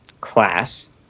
class